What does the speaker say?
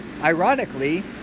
ironically